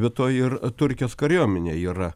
be to ir turkijos kariuomenė yra